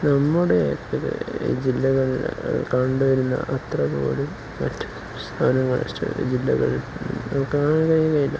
നമ്മുടെ ജില്ലകളില് കണ്ടുവരുന്ന അത്രപോലും മറ്റു സ്ഥാനങ്ങളിലെ ജില്ലകളിൽ നമുക്കു കാണാന് കഴിയുകയില്ല